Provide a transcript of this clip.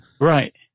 Right